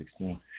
2016